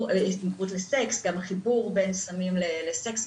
גם החיבור בין סמים לסקס.